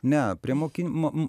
ne prie moki mm